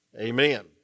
amen